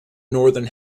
northern